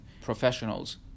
professionals